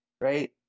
right